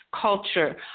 culture